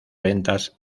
ventas